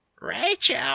Rachel